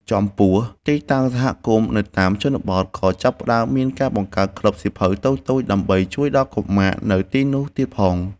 ចំពោះ ទីតាំងសហគមន៍នៅតាមជនបទ ក៏ចាប់ផ្ដើមមានការបង្កើតក្លឹបសៀវភៅតូចៗដើម្បីជួយដល់កុមារនៅទីនោះទៀតផង។